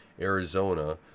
Arizona